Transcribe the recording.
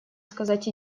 сказать